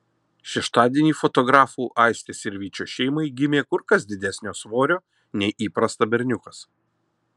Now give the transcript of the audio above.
šeštadienį fotografų aistės ir vyčio šeimai gimė kur kas didesnio svorio nei įprasta berniukas